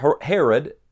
Herod